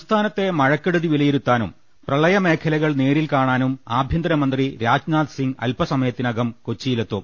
സംസ്ഥാനത്തെ മഴക്കെടുതി വിലയിരുത്താനും പ്രളയ മേഖലകൾ നേരിൽ കാണാനും ആഭ്യന്തരമന്ത്രി രാജ്നാഥ്സിംഗ് അൽപസമയത്തി നകം കൊച്ചിയിലെത്തും